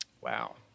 Wow